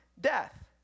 death